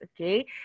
Okay